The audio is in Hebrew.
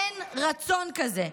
אין רצון כזה.